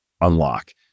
unlock